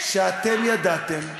שאתם ידעתם,